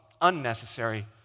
unnecessary